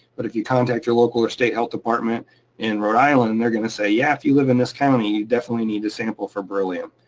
but if you contact your local or state health department in rhode island, they're gonna say, yeah, if you live in this county, you definitely need to sample for beryllium.